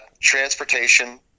transportation